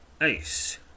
Ace